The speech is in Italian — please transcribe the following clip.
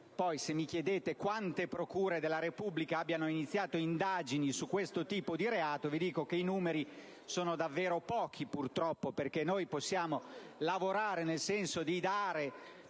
Poi, se mi chiedete quante procure della Repubblica abbiano avviato indagini su questo tipo di reato, vi dico che i numeri sono davvero esigui, purtroppo. Noi possiamo lavorare, nel senso di dare